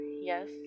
yes